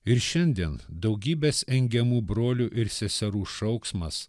ir šiandien daugybės engiamų brolių ir seserų šauksmas